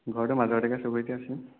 ঘৰটো মাধৱ ডেকা চুবুৰীতে আছিলে